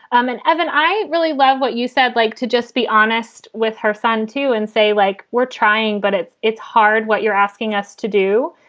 um and evan, i really love what you said. like to just be honest with her son, too, and say, like, we're trying, but it's it's hard what you're asking us to do.